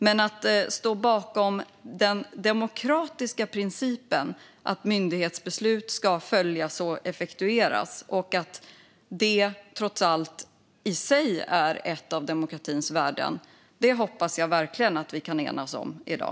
Men att stå bakom den demokratiska principen att myndighetsbeslut ska följas och effektueras och att detta trots allt är ett av demokratins värden hoppas jag verkligen att vi kan enas om i dag.